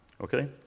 okay